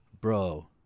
Bro